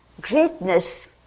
Greatness